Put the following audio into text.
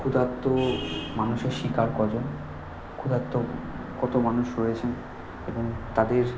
ক্ষুদার্থ মানুষের শিকার কজন ক্ষুদার্থ কতো মানুষ রয়েছেন এবং তাদের